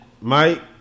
Mike